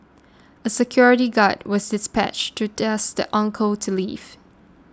a security guard was dispatched to ask the uncle to leave